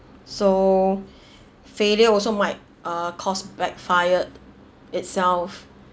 so failure also might uh cause backfired itself